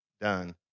done